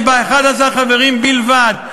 יש בה 11 חברים בלבד.